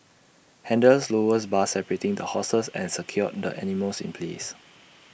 handlers lowered bars separating the horses and secured the animals in place